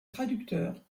traducteur